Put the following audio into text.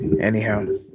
Anyhow